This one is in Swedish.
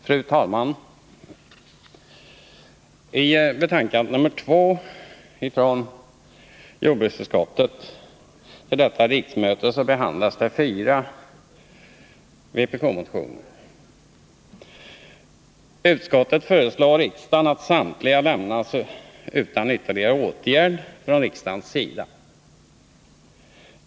Fru talman! I betänkandet nr 2 från jordbruksutskottet till detta riksmöte behandlas fyra vpk-motioner. Utskottet föreslår riksdagen att samtliga lämnas utan ytterligare åtgärd från riksdagens sida.